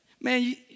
Man